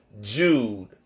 Jude